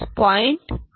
110